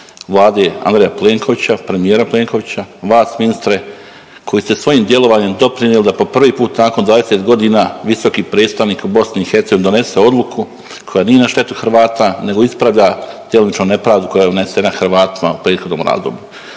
Vlade Andreja Plenkovića, premijera Plenkovića, vas ministre koji ste svojim djelovanjem doprinjeli da po prvi put nakon 20.g. visoki predstavnik u BiH donese odluku koja nije na štetu Hrvata nego ispravlja djelomično nepravdu koja je nanesena Hrvatima u prethodnom razdoblju.